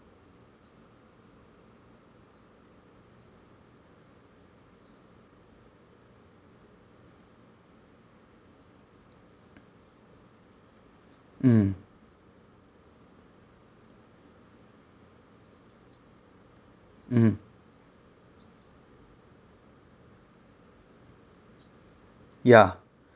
mm mm ya